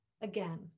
Again